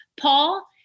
Paul